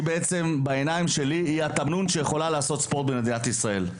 שבעיניי היא התמנון שמאפשר לעשות ספורט במדינת ישראל.